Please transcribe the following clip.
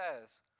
says